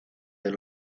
del